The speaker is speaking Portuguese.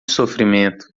sofrimento